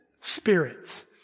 spirits